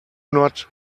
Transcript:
not